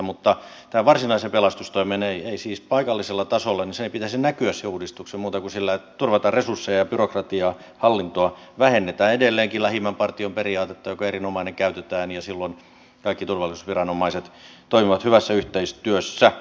mutta tähän varsinaiseen pelastustoimeen ei siis paikallisella tasolla sen uudistuksen pitäisi näkyä muuta kuin sillä että turvataan resursseja ja byrokratiaa ja hallintoa vähennetään edelleenkin lähimmän partion periaatetta joka on erinomainen käytetään ja silloin kaikki turvallisuusviranomaiset toimivat hyvässä yhteistyössä